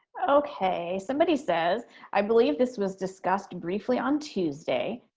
okay, somebody says i believe this was discussed briefly on tuesday,